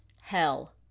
hell